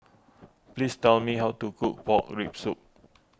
please tell me how to cook Pork Rib Soup